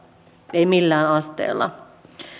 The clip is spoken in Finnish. ei millään asteella